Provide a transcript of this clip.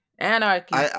Anarchy